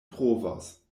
trovos